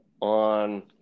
on